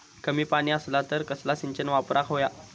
कमी पाणी असला तर कसला सिंचन वापराक होया?